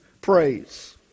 praise